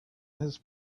his